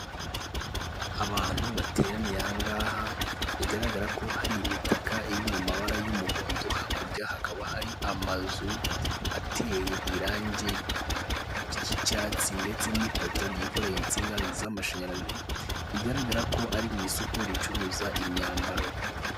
Abantu bateraniye aha ngaha bigaragara ko hari imitaka iri mu mabara y'umuhondo, hakurya hakaba hari amazu ateye irangi ry'icyatsi, ndetse n'ipoto ryikoreye insinga z'amashanyarazi, bigaragara ko ari mu isoko ricuruza imyambaro.